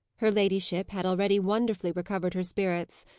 her ladyship had already wonderfully recovered her spirits.